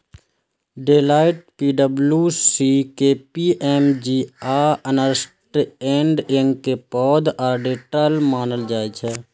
Deloitte, पी.डब्ल्यू.सी, KPMG आ Ernst and Young कें पैघ ऑडिटर्स मानल जाइ छै